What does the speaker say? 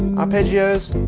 arpeggios,